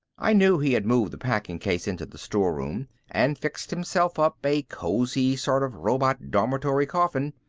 i knew he had moved the packing case into the storeroom and fixed himself up a cozy sort of robot dormitory-coffin.